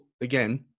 again